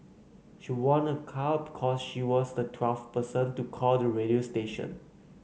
she won a car because she was the twelfth person to call the radio station